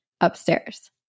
upstairs